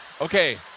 Okay